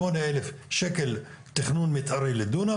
התקציב של שמונה אלף שקל תכנון מתארי לדונם,